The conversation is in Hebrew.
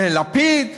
לפיד,